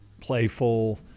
playful